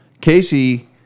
Casey